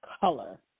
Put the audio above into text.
color